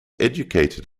educated